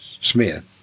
Smith